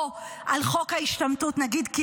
או על חוק ההשתמטות, נגיד.